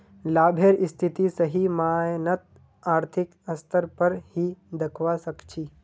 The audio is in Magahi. लाभेर स्थिति सही मायनत आर्थिक स्तर पर ही दखवा सक छी